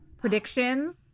predictions